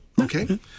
okay